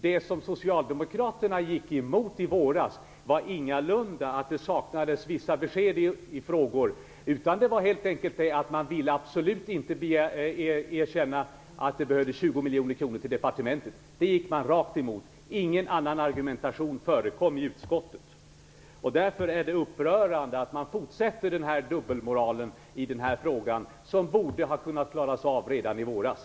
Det Socialdemokraterna gick emot i våras var ingalunda att det saknades vissa besked, utan det berodde helt enkelt på att man absolut inte ville erkänna att det behövdes 20 miljoner kronor till departementet. Det gick man rakt emot. Ingen annan argumentation förekom i utskottet. Därför är det upprörande att man fortsätter dubbelmoralen i en fråga som borde ha kunnat klaras av redan i våras.